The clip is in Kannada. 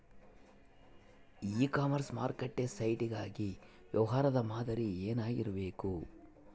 ಇ ಕಾಮರ್ಸ್ ಮಾರುಕಟ್ಟೆ ಸೈಟ್ ಗಾಗಿ ವ್ಯವಹಾರ ಮಾದರಿ ಏನಾಗಿರಬೇಕು?